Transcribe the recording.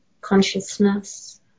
consciousness